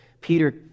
Peter